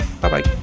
Bye-bye